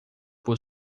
por